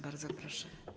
Bardzo proszę.